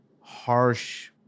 harsh